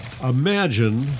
Imagine